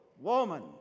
woman